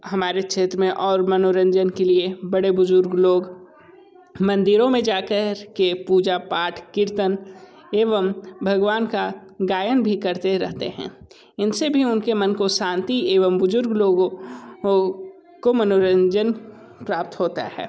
हमारे क्षेत्र में और मनोरंजन के लिए बड़े बुजुर्ग लोग मंदिरों में जाकर के पूजा पाठ कीर्तन एवं भगवान का गायन भी करते रहते हैं इनसे भी उनके मन को शांति एवं बुजुर्ग लोगों ओ को मनोरंजन प्राप्त होता है